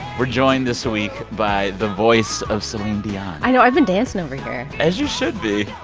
we're joined this week by the voice of celine dion i know. i've been dancing over here as you should be.